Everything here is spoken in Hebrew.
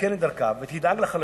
תתקן את דרכה ותדאג לחלשים,